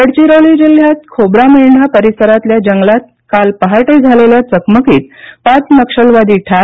गडचिरोली जिल्ह्यात खोब्रामेंढा परिसरातल्या जंगलात काल पहाटे झालेल्या चकमकीत पाच नक्षलवादी ठार